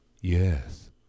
Yes